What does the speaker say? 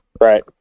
right